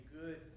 good